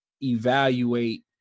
evaluate